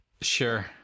sure